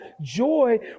joy